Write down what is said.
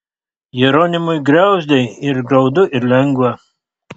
jeronimui griauzdei ir graudu ir lengva